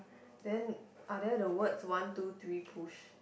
then are there the words one two three push